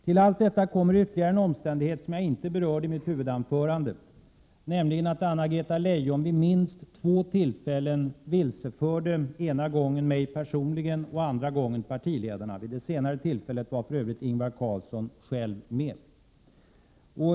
Till allt detta kommer ytterligare en omständighet som jag inte berörde i mitt huvudanförande, nämligen att Anna-Greta Leijon vid minst två tillfällen vilseförde ena gången mig personligen och andra gången partiledarna. Vid det senare tillfället var för övrigt Ingvar Carlsson själv med.